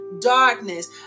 darkness